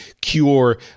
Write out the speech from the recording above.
cure